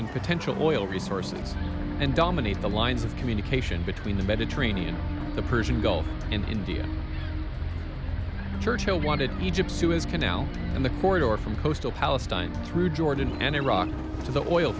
and potential oil resources and dominate the lines of communication between the mediterranean the persian gulf and india churchill wanted me to pursue his canal and the corridor from coastal palestine through jordan and iraq to the oil